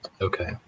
Okay